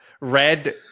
Red